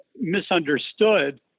misunderstood